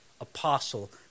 apostle